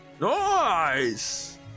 Nice